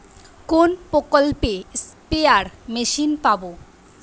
কোন প্রকল্পে spare machine পাব?